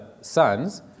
sons